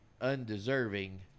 undeserving